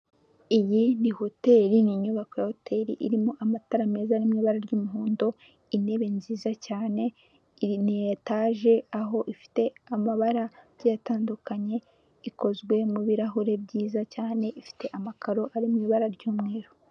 Iyi ni hoteri, ni inyubako ya hoteri irimo amatara meza ibara ry'umuhondo, intebe nziza cyane, iyi ni etaje aho ifite amabara agiye atandukanye, ikozwe mu birahure byiza cyane ifite amakaro ari mu ibara ry'umweru.